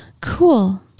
Cool